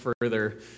further